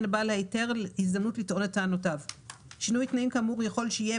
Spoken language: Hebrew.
לבעל ההיתר הזדמנות לטעון את טענותיו; שינוי תנאים כאמור יכול שיהיה,